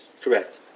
correct